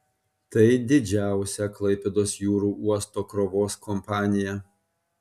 tai didžiausia klaipėdos jūrų uosto krovos kompanija